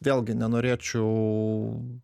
vėlgi nenorėčiau